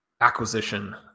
acquisition